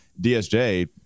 DSJ